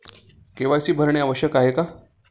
KYC भरणे आवश्यक आहे का?